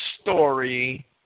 story